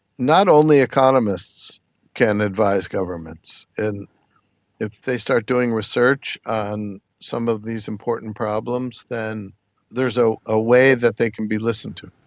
not only economists can advise governments. and if they start doing research on some of these important problems, then there is a ah way that they can be listened to.